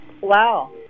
wow